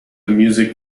music